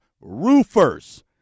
roofers